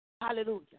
Hallelujah